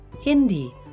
Hindi